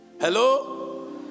hello